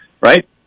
right